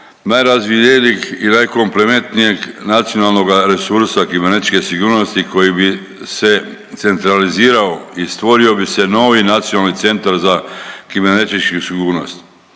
najrazvijenijeg i najkomplementnijeg nacionalnoga resursa kibernetičke sigurnosti koji bi se centralizirao i stvorio bi se novi nacionalni centar za kibernetičku sigurnost.